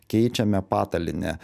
keičiame patalynę